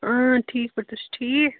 اۭں ٹھیٖک پٲٹھۍ تُہۍ چھِو ٹھیٖک